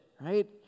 right